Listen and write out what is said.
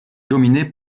dominée